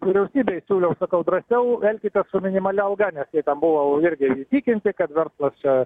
vyriausybei siūliau sakau drąsiau elkitės su minimalia alga nes jie ten buvo irgi įtikinti kad verslas čia